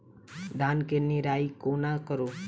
धान केँ निराई कोना करु?